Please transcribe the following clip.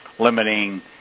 limiting